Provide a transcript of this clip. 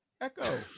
Echo